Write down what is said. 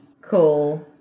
cool